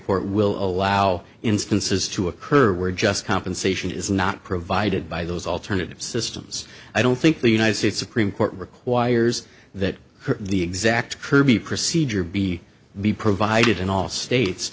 court will allow instances to occur we're just compensation is not provided by those alternative systems i don't think the united states supreme court requires that the exact kerby procedure be be provided in all states